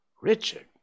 Richard